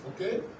Okay